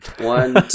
One